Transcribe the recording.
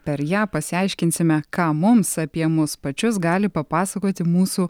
per ją pasiaiškinsime ką mums apie mus pačius gali papasakoti mūsų